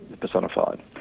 personified